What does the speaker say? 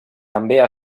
també